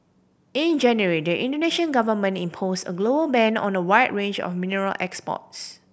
in January the Indonesian Government imposed a global ban on a wide range of mineral exports